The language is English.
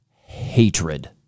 hatred